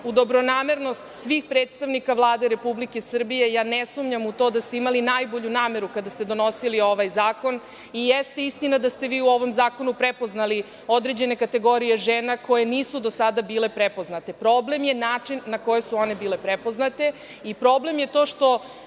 u dobronamernost svih predstavnika Vlade Republike Srbije, ne sumnjam u to da ste imali najbolju nameru kada ste donosili ovaj zakon. Jeste istina da ste vi u ovom zakonu prepoznali određene kategorije žena koje nisu do sada bile prepoznate. Problem je način na koji su one bile prepoznate i problem je to što